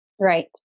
Right